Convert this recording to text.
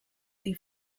see